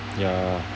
ya